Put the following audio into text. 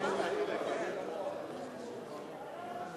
הצעת הסיכום שהביא חבר הכנסת ג'מאל זחאלקה לא נתקבלה.